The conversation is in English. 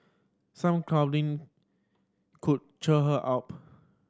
some cuddling could cheer her up